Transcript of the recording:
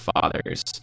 father's